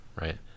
right